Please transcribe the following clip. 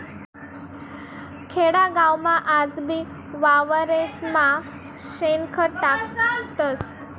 खेडागावमा आजबी वावरेस्मा शेणखत टाकतस